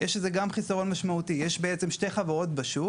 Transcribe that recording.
יש לזה גם חיסרון משמעותי: יש שתי חברות בשוק,